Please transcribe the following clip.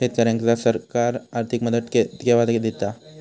शेतकऱ्यांका सरकार आर्थिक मदत केवा दिता?